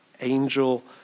angel